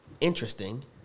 interesting